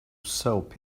soap